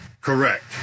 Correct